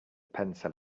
pencil